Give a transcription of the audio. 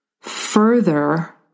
further